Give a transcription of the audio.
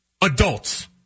adults